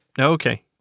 Okay